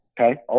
Okay